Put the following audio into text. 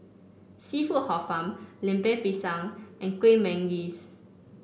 seafood Hor Fun Lemper Pisang and Kueh Manggis